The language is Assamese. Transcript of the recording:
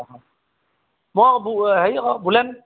মই হেৰি আকৌ বুলেন